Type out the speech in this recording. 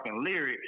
lyrics